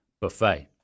buffet